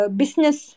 business